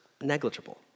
negligible